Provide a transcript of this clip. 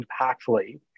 impactfully